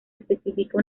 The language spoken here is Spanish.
especifica